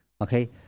okay